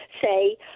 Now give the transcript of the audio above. say